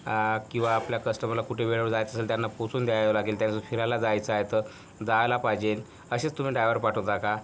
किंवा आपल्या कस्टमरला कुठे वेळेवर जायचं असेल त्यांना पोहोचवून द्यावं लागेल त्यांस फिरायला जायचं आहे आहे तर जायला पाहिजेल असेच तुम्ही डायवर पाठवता का